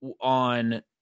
on